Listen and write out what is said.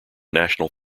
national